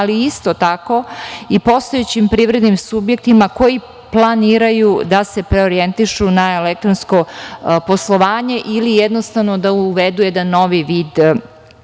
ali isto tako i postojećim privrednim subjektima koji planiraju da se preorijentišu na elektronsko poslovanje ili jednostavno da uvedu jedan novi vid digitalnog